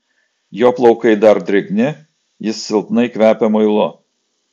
jo plaukai dar drėgni jis silpnai kvepia muilu